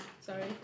Sorry